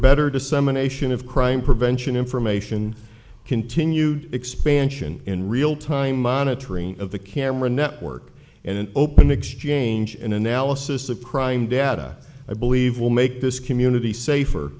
better dissemination of crime prevention information continued expansion in real time monitoring of the camera network in an open exchange an analysis of crime data i believe will make this community safer